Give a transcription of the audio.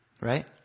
Right